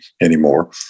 anymore